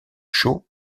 chaud